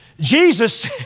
Jesus